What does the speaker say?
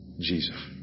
Jesus